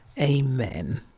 Amen